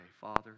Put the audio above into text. Father